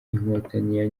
inkotanyi